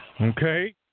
Okay